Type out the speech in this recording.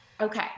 Okay